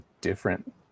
different